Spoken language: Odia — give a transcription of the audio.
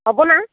ହବ ନା